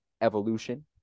evolution